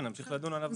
ונמשיך לדון עליו.